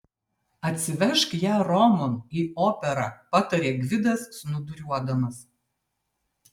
atsivežk ją romon į operą patarė gvidas snūduriuodamas